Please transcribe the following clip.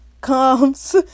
comes